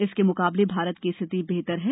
इसके मुकाबले भारत की स्थिति बेहतर है